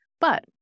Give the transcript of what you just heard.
But-